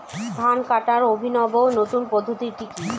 ধান কাটার অভিনব নতুন পদ্ধতিটি কি?